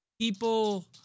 people